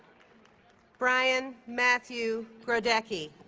brian matthew grodecki